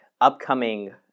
upcoming